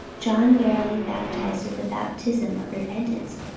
john verily baptized with the baptism of repentance,